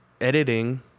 editing